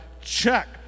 Check